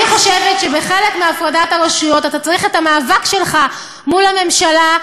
אני חושבת שבחלק מהפרדת הרשויות אתה צריך את המאבק שלך מול הממשלה,